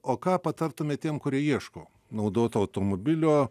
o ką patartumėt tiem kurie ieško naudoto automobilio